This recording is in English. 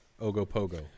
Ogopogo